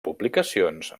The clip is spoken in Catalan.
publicacions